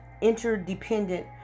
interdependent